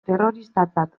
terroristatzat